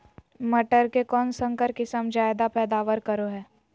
मटर के कौन संकर किस्म जायदा पैदावार करो है?